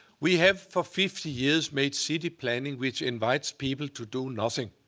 we have, for fifty years, made city planning which invites people to do nothing,